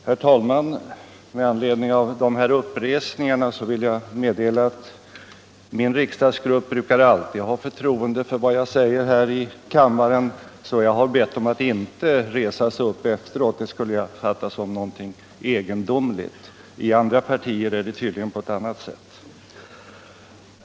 Herr talman! Med anledning av de här uppresningarna från och vill jag meddela att vår riksdagsgrupp alltid brukar ha förtroende för vad dess företrädare säger här i kammaren. Jag har därför bett ledamöterna i vår riksdagsgrupp att inte resa sig upp efteråt — det skulle jag fatta som något egendomligt. I andra partier är det tydligen på ett annat sätt.